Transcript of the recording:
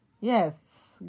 Yes